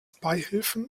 beihilfen